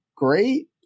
great